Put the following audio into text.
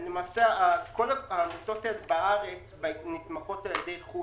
כל העמותות האלו בארץ נתמכות על ידי חו"ל,